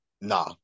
Nah